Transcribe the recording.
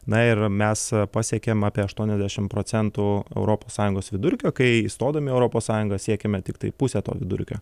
na ir mes pasiekėm apie aštuoniasdešim procentų europos sąjungos vidurkio kai įstodami į europos sąjungą siekėme tiktai pusę to vidurkio